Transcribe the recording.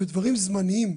ודברים זמניים.